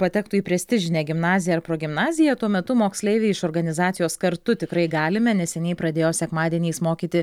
patektų į prestižinę gimnaziją progimnaziją tuo metu moksleiviai iš organizacijos kartu tikrai galime neseniai pradėjo sekmadieniais mokyti